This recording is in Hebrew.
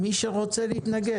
יש לך הצעה בשבילנו?